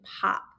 pop